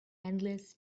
endless